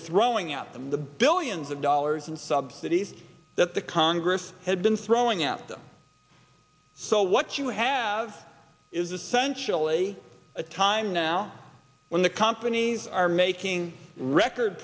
throwing out them the billions of dollars in subsidies that the congress had been throwing at them so what you have is essentially a time now when the companies are making record